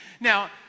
Now